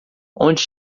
onde